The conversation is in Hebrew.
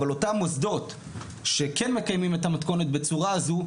אבל אותם מוסדות שכן מקיימים את המתכונת בצורה הזו,